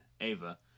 Ava